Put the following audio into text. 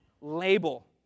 label